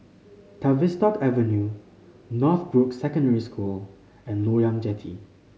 Tavistock Avenue Northbrooks Secondary School and Loyang Jetty